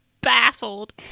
baffled